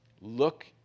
look